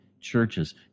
churches